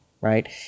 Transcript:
right